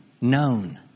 known